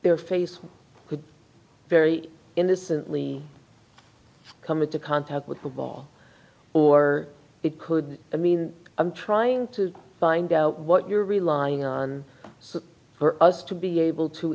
their face could very innocently come into contact with the ball or it could i mean i'm trying to find out what you're relying on for us to be able to